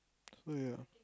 look here